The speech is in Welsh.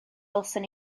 welsom